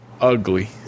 ugly